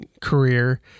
career